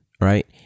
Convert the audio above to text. Right